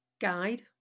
guide